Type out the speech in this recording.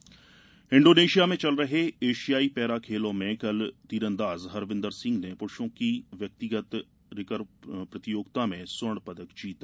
para एशियाई खेल Indonesia में चल रहे एशियाई पैरा खेलों में कल तीरंदाज हरविंदर सिंह ने पुरूषों की व्यक्तिगत रिकर्व प्रतियोगिता में स्वर्ण पदक जीता